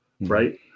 right